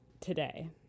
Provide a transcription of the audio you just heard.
today